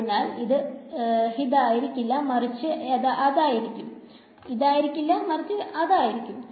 അതിനൽ അത് ഇതായിരിക്കില്ല മറിച്ചു അതായിരിക്കും